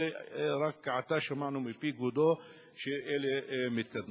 שרק עתה שמענו מפי כבודו שאלה מתקדמות.